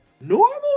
normal